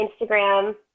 instagram